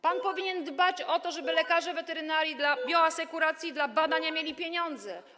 Pan powinien dbać o to, żeby lekarze weterynarii dla bioasekuracji, dla badania mieli pieniądze.